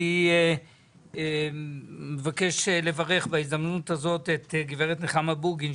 אני מבקש לברך בהזדמנות הזאת את גברת נחמה בוגין,